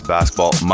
Basketball